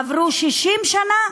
עברו 60 שנה,